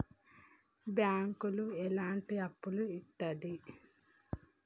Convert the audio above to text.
బ్యాంకులు ఎట్లాంటి అప్పులు ఇత్తది?